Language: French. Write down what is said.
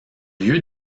lieu